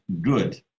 good